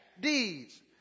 deeds